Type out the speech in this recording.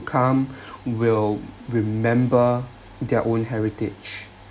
come will remember their own heritage